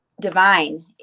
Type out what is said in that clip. divine